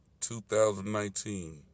2019